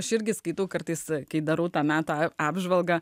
aš irgi skaitau kartais kai darau tą metą apžvalgą